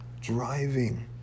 driving